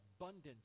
abundant